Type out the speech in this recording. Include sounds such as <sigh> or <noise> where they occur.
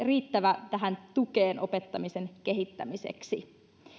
<unintelligible> riittävä tähän tukeen opettamisen kehittämiseksi